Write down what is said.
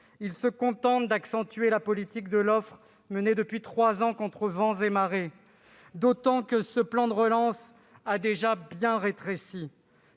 Il se contente d'accentuer la politique de l'offre menée depuis trois ans contre vents et marées. D'autant que ce plan de relance a déjà bien rétréci